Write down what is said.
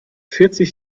vierzig